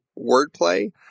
wordplay